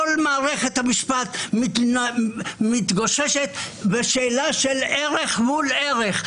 מערכת המשפט מתגוששת בשאלה של ערך מול ערך.